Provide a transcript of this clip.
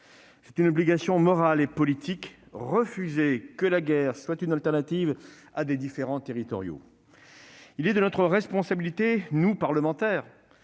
C'est une obligation morale et politique : refuser que la guerre soit une option pour régler des différends territoriaux. Il y va de notre responsabilité de parlementaires